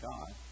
God